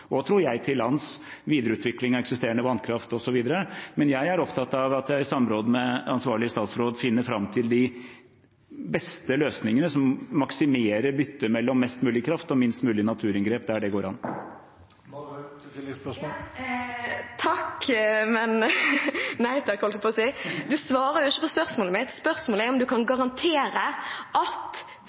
og – tror jeg – til lands, videreutvikling av eksisterende vannkraft, osv. Men jeg er opptatt av at jeg i samråd med ansvarlig statsråd finner fram til de beste løsningene, som maksimerer byttet mellom mest mulig kraft og minst mulig naturinngrep der det går an. Det blir oppfølgingsspørsmål – først Sofie Marhaug. Takk – men, nei takk, holdt jeg på å si. Du svarer jo ikke på spørsmålet mitt. Spørsmålet er om du kan garantere at